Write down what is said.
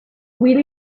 will